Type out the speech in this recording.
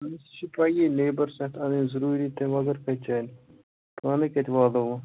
اہن حظ سُہ چھِ پَیی لیبَر چھِ اَتھ اَنٕںۍ ضٔروٗری تَمہِ بَغٲر کَتہِ چَلہِ پانَے کَتہِ والو وۄنۍ